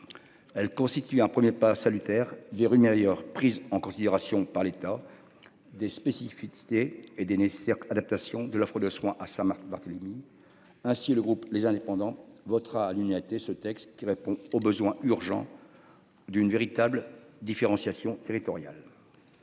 Elle constitue un 1er pas salutaire vers une meilleure prise en considération par l'état. Des spécificités et des nécessaires adaptations de l'offre de soins à ça marque Barthélémy. Ainsi le groupe les indépendants votera à l'unité ce texte qui répond au besoin urgent. D'une véritable différenciation territoriale.